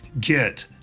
get